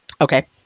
Okay